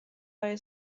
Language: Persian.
برای